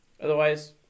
Otherwise